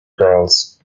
girls